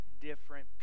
different